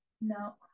No